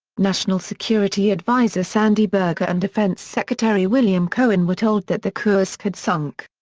national security adviser sandy berger and defense secretary william cohen were told that the kursk had sunk.